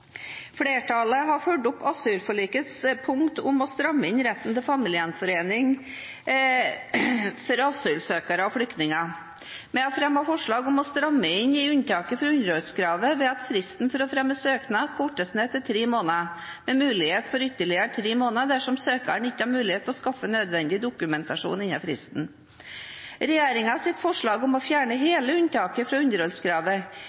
Flertallet har fulgt opp asylforlikets punkt om å stramme inn retten til familiegjenforening for asylsøkere og flyktninger. Vi har fremmet forslag om å stramme inn i unntaket for underholdskravet ved at fristen for å fremme søknad kortes ned til tre måneder, med mulighet for ytterligere tre måneder dersom søkeren ikke har mulighet til å skaffe nødvendig dokumentasjon innen fristen. Regjeringens forslag om å fjerne